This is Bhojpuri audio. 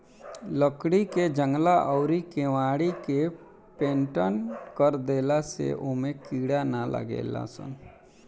लकड़ी के जंगला अउरी केवाड़ी के पेंनट कर देला से ओमे कीड़ा ना लागेलसन